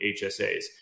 HSAs